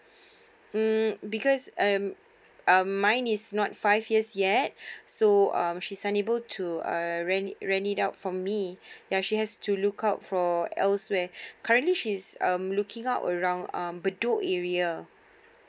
mm because um mine is not five years yet um so she's unable to er rent it out from me ya she has to look out for elsewhere currently she's um looking out around um bedok area